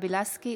גבי לסקי,